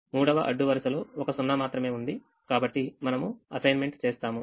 మూడవ అడ్డు వరుసలో ఒక 0 మాత్రమే ఉంది కాబట్టి మనము అసైన్మెంట్ చేస్తాము